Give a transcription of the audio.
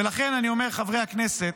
ולכן אני אומר, חברי הכנסת,